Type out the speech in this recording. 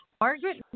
Margaret